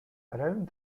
around